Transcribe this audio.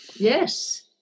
yes